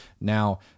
Now